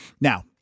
Now